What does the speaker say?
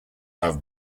have